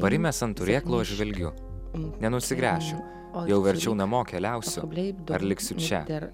parimęs ant turėklo aš žvelgiu nenusigręšiu jau verčiau namo keliausiu ar liksiu čia